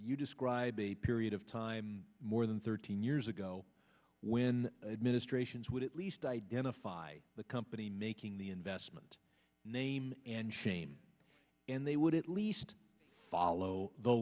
you describe a period of time more than thirteen years ago when administrations would at least identify the company making the investment name and shame and they would at least follow the